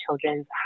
Children's